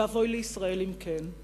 ואבוי לישראל אם כן.